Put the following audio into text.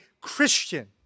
Christian